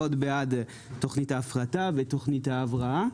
מאוד בעד תוכנית ההפרטה ותוכנית ההבראה.